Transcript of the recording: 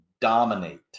dominate